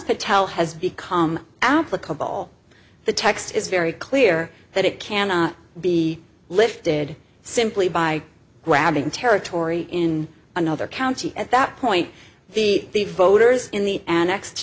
patel has become applicable the text is very clear that it cannot be lifted simply by grabbing territory in another county at that point the voters in the an